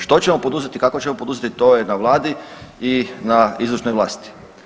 Što ćemo poduzeti, kako ćemo poduzeti to je na Vladi i na izvršnoj vlasti.